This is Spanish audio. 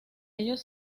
ellos